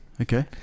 okay